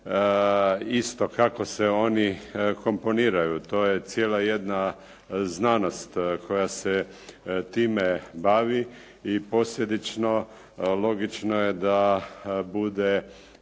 isto kako se oni komponiraju. To je cijela jedna znanost koja se time bavi i posljedično logično je da bude